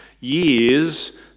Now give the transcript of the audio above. years